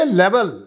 level